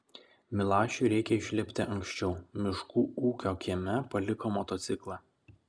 milašiui reikia išlipti anksčiau miškų ūkio kieme paliko motociklą